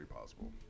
possible